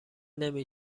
نمی